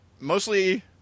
Mostly